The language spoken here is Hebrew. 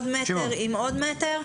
זה מטר ועוד מטר ועוד מטר?